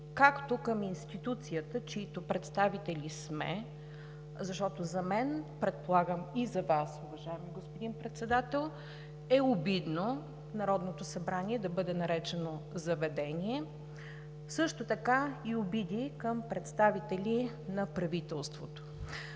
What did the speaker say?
обиди към институцията, чиито представители сме. Защото за мен, предполагам и за Вас, уважаеми господин Председател, е обидно Народното събрание да бъде наречено „заведение“, също така и обиди към представители на правителството.